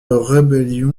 rébellion